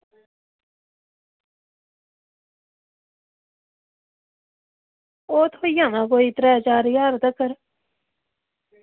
ओह् थ्होई जाना कोई त्रै चार तगर